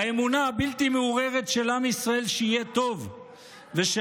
האמונה הבלתי-מעורערת של עם ישראל שיהיה טוב ושאנחנו,